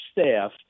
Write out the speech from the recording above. staff